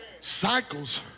Cycles